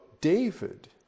David